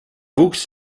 wuchs